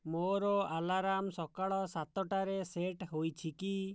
ମୋର ଆଲାର୍ମ ସକାଳ ସାତଟାରେ ସେଟ୍ ହୋଇଛି କି